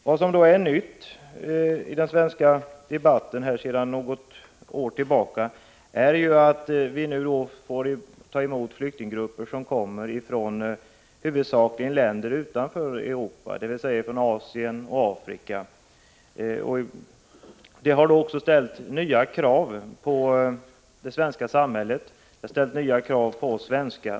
Vad som är nytt sedan några år tillbaka är att vi nu får ta emot flyktinggrupper från länder huvudsakligen utanför Europa, dvs. från Asien och Afrika. Det har ställt nya krav på det svenska samhället. Det har ställt nya krav på oss svenskar.